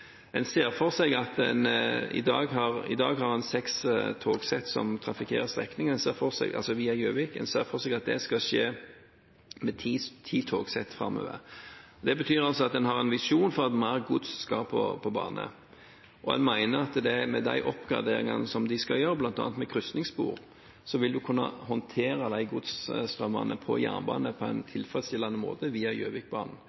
en ser for seg at det skal skje med ti togsett framover. Det betyr at en har en visjon om at mer gods skal på bane. Jeg mener at med de oppgraderingene som en skal gjøre, bl.a. med krysningsspor, vil en kunne håndtere de godsstrømmene på jernbanen på en